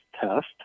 test